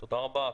תודה רבה.